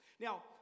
Now